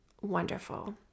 wonderful